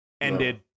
ended